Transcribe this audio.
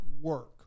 work